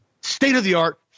state-of-the-art